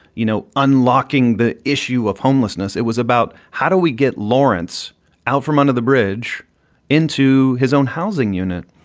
you know. unlocking the issue of homelessness. it was about how do we get lawrence out from under the bridge into his own housing unit?